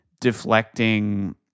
deflecting